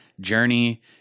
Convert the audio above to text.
Journey